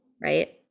right